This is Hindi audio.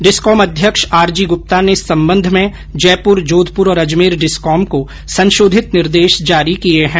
डिस्कॉम अध्यक्ष आर जी गुप्ता ने इस संबंध में जयपुर जोधपुर और अजमेर डिस्कॉम को संशोधित निर्देश जारी किये है